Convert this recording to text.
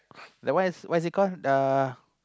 that one is what is it called the